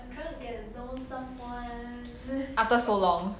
after so long